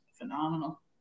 phenomenal